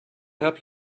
help